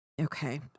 Okay